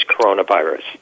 coronavirus